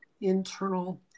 internal